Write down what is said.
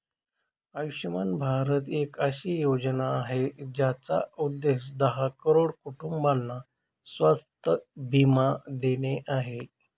आयुष्यमान भारत एक अशी योजना आहे, ज्याचा उद्देश दहा करोड कुटुंबांना स्वास्थ्य बीमा देणे आहे